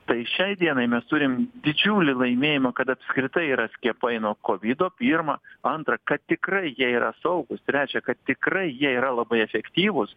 tai šiai dienai mes turim didžiulį laimėjimą kad apskritai yra skiepai nuo kovido pirma antra kad tikrai jie yra saugūs trečia kad tikrai jie yra labai efektyvūs